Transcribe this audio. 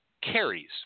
carries